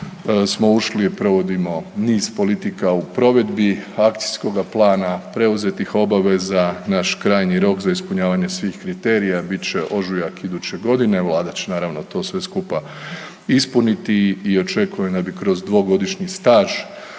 smo ušli, provodimo niz politika u provedbi akcijskoga plana, preuzetih obaveza, naš krajnji rok za ispunjavanje svih kriterija bit će ožujak iduće godine, Vlada će naravno to sve skupa ispuniti i očekujem da bi kroz dvogodišnji staž